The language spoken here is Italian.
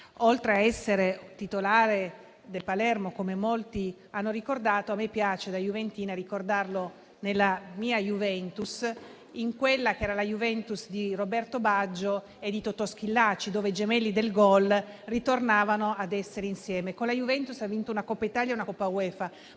Oltre a essere titolare del Palermo, come molti hanno ricordato, da juventina mi piace ricordarlo nella mia Juventus, quella di Roberto Baggio e di Totò Schillaci, dove i gemelli del gol tornavano ad essere insieme. Con la Juventus ha vinto una Coppa Italia e una Coppa UEFA,